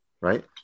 right